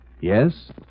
Yes